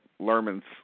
Lerman's